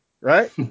Right